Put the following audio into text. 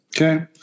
Okay